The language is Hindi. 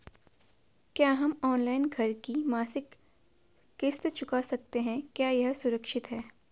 क्या हम ऑनलाइन घर की मासिक किश्त चुका सकते हैं क्या यह सुरक्षित है?